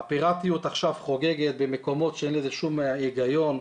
הפיראטיות עכשיו חוגגת במקומות שאין לזה שום היגיון,